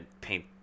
paint